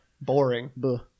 Boring